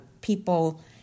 people